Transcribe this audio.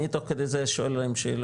אני תוך כדי זה שואל שאלות,